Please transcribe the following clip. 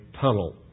tunnel